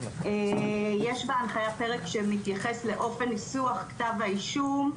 יש בהנחיה פרק שמתייחס לאופן ניסוח כתב אישום,